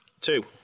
Two